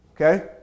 okay